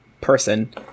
person